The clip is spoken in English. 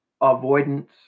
avoidance